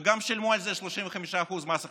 וגם שילמו על זה 35% מס הכנסה.